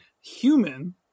human